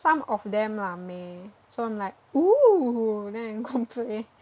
some of them lah 美 so I'm like oo then I 控制 eh